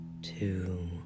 Two